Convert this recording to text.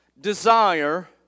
desire